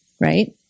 right